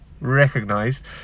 recognised